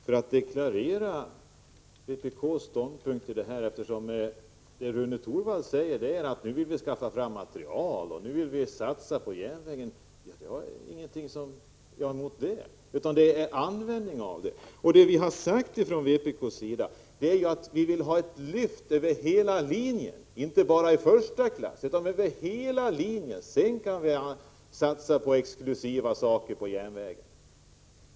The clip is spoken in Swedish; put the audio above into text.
Fru talman! Låt mig deklarera vpk:s ståndpunkt i detta sammanhang. Rune Torwald säger att man nu vill satsa på järnvägen och skaffa fram materiel till den. Jag har inget emot det, utan vad det gäller är användningen avallt detta. Vad vi sagt från vpk:s sida är att vi vill ha ett lyft över hela linjen, inte bara när det gäller första klass. Sedan kan vi satsa på mera exklusiv service inom järnvägen.